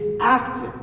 active